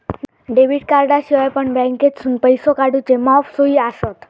debit कार्डाशिवाय पण बँकेतसून पैसो काढूचे मॉप सोयी आसत